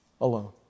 alone